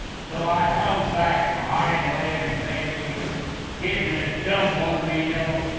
so i hung back behind, let him think he was getting a jump on me you know,